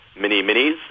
mini-minis